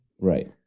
right